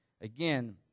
Again